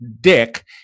dick